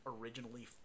originally